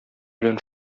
белән